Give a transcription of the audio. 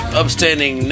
upstanding